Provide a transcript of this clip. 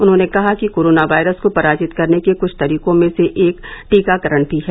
उन्होंने कहा कि कोरोना वायरस को पराजित करने के कुछ तरीकों में से एक टीकाकरण भी है